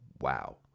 Wow